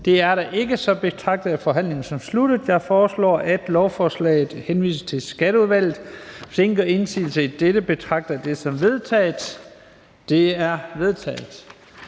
Det er der ikke, og så betragter jeg forhandlingen som afsluttet. Jeg foreslår, at lovforslaget henvises til Skatteudvalget. Hvis ingen gør indsigelse mod dette, betragter jeg det som vedtaget. Det er vedtaget.